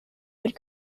would